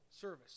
service